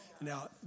Now